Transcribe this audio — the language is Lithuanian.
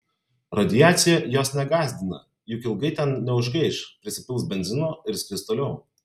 radiacija jos negąsdina juk ilgai ten neužgaiš prisipils benzino ir skris toliau